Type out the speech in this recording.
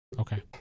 Okay